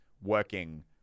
working